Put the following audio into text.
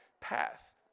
path